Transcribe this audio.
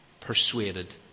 persuaded